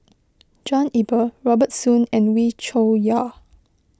John Eber Robert Soon and Wee Cho Yaw